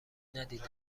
ندیده